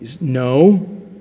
no